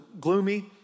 gloomy